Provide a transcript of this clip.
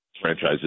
franchises